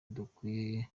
dukwiye